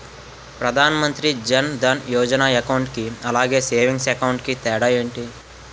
Pradhan Mantri Jan Dhan Yojana account కి అలాగే savings account కి తేడా ఏంటి?